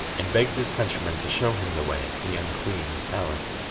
and begged his countryman to show him the way to the young queen's palace.